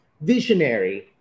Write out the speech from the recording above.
Visionary